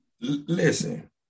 Listen